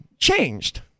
changed